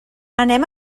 anem